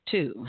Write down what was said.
Two